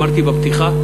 ואמרתי בפתיחה,